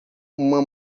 uma